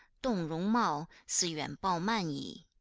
dong rong mao, si yuan bao man yi,